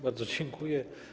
Bardzo dziękuję.